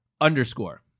underscore